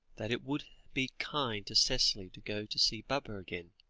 that it would be kind to cicely to go to see baba again,